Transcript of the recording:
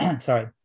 sorry